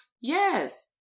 Yes